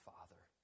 Father